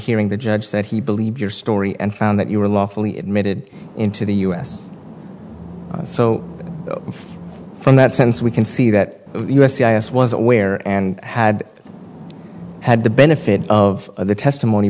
hearing the judge said he believed your story and found that you were lawfully admitted into the u s so from that sense we can see that the u s c i s was aware and had i had the benefit of the testimony